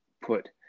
put